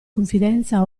confidenza